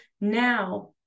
now